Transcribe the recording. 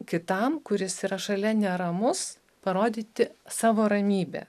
kitam kuris yra šalia neramus parodyti savo ramybę